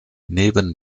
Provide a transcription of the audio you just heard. neben